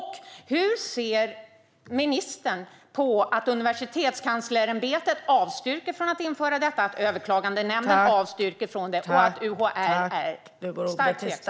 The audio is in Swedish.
Hur ser ministern på att Universitetskanslersämbetet avråder från att införa detta, att Överklagandenämnden också avråder från det och att UHR är starkt tveksamt?